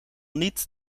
niet